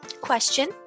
Question